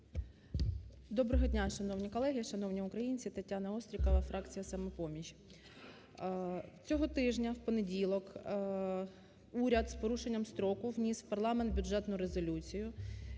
Доброго дня, шановні колеги, шановні українці! Тетяна Острікова фракція "Самопоміч". Цього тижня в понеділок уряд, з порушенням строку, вніс в парламент бюджетну резолюцію.